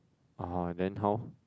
oh then how